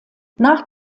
nach